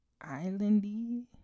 Islandy